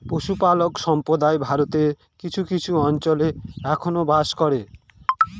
পশুপালক সম্প্রদায় ভারতের কিছু কিছু অঞ্চলে এখনো বাস করে